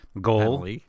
goal